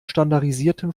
standardisierten